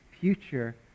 future